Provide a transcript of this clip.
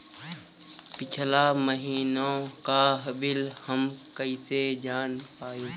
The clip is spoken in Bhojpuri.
पिछला महिनवा क बिल हम कईसे जान पाइब?